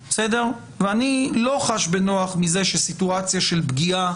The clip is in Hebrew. ואני לא חש בנוח עם זה שסיטואציה של פגיעה